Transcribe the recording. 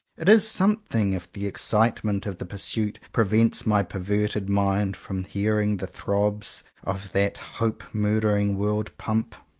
it is something if the excitement of the pursuit prevents my perverted mind from hearing the throbs of that hope-murdering world-pump.